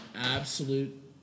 absolute